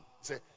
Say